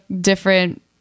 different